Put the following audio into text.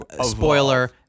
spoiler